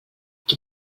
qui